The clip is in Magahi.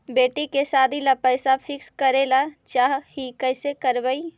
बेटि के सादी ल पैसा फिक्स करे ल चाह ही कैसे करबइ?